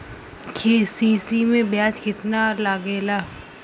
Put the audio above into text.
KCC में ब्याज कितना लागेला?